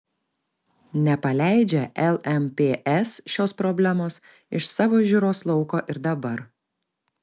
nepaleidžia lmps šios problemos iš savo žiūros lauko ir dabar